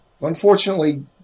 Unfortunately